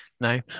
No